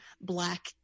black